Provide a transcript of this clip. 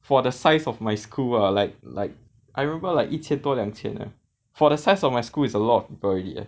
for the size of my school lah like like I remember like 一千多两千 lah for the size of my school is a lot of people already leh